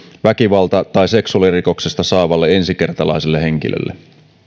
väkivalta tai seksuaalirikoksesta saavalle ensikertalaiselle henkilölle